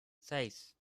seis